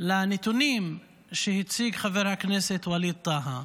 לנתונים שהציג חבר הכנסת ווליד טאהא,